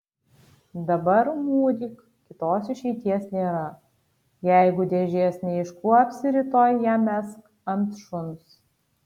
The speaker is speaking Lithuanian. dabar mūryk kitos išeities nėra jeigu dėžės neiškuopsi rytoj ją mesk ant šuns